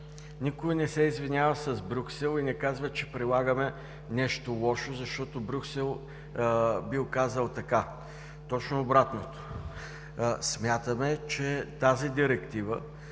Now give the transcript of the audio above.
Никой не се извинява с Брюксел и не казва, че прилагаме нещо лошо, защото Брюксел бил казал така. Точно обратното: смятаме, че тази Директива,